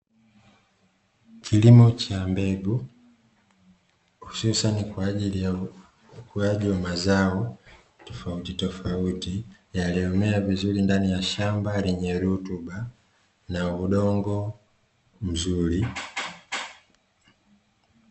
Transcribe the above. Kilimo cha mbegu hususani kwa ajili ya ukuaji wa mazao tofautitofauti yaliyomea vizuri, ndani ya shamba lenye rutuba na udongo mzuri.